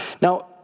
Now